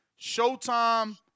Showtime